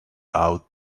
out